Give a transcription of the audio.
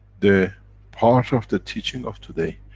the part of the teaching of today,